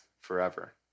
forever